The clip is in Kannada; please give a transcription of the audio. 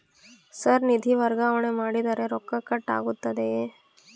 ಸರ್ ನಿಧಿ ವರ್ಗಾವಣೆ ಮಾಡಿದರೆ ರೊಕ್ಕ ಕಟ್ ಆಗುತ್ತದೆಯೆ?